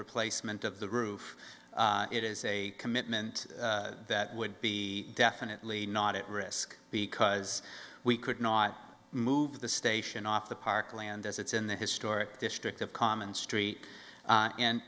replacement of the roof it is a commitment that would be definitely not at risk because we could not move the station off the park land as it's in the historic district of common street